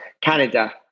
Canada